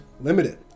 limited